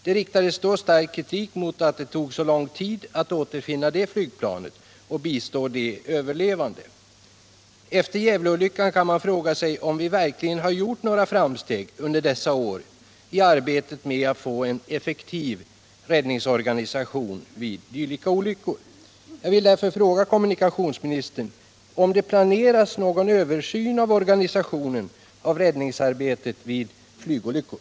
Det riktades då stark kritik mot att det tog så lång tid att återfinna planet och bistå de överlevande. Efter Gävleolyckan kan man fråga sig om vi verkligen gjort några framsteg under dessa år i arbetet på att få till stånd en effektiv räddningsorganisation vid dylika olyckor. Jag vill därför fråga kommunikationsministern om det planeras någon översyn av organisationen av räddningsarbetet vid flygolyckor.